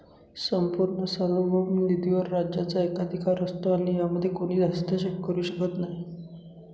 संपूर्ण सार्वभौम निधीवर राज्याचा एकाधिकार असतो आणि यामध्ये कोणीच हस्तक्षेप करू शकत नाही